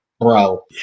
Bro